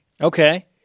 Okay